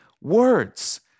words